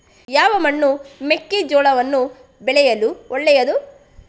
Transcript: ಯಾವ ಮಣ್ಣು ಮೆಕ್ಕೆಜೋಳವನ್ನು ಬೆಳೆಯಲು ಒಳ್ಳೆಯದು?